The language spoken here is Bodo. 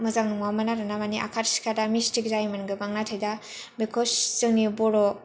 मोजां नङामोन आरोना माने आखार सिखारआ मिस्टेक जायोमोन गोबां नाथाय दा बेखौ जोंनि बर'